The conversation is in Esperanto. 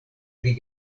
pri